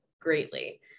greatly